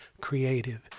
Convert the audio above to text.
creative